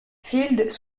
fields